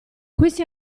questi